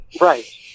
Right